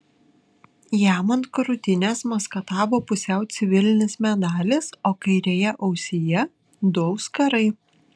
jam ant krūtinės maskatavo pusiau civilinis medalis o kairėje ausyje du auskarai